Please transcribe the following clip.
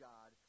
God